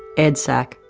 edsac,